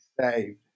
saved